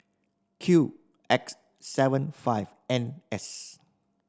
Q X seven five N S